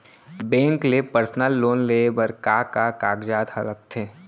Bank ले personal loan लेये बर का का कागजात ह लगथे?